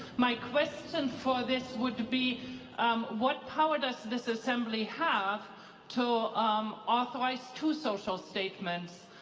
my question for this would be um what power does this assembly have to um authorize two social statements?